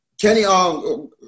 Kenny –